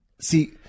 See